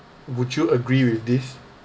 would you agree with this